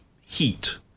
heat